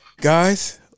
guys